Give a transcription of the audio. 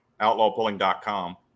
outlawpulling.com